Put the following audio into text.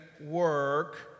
work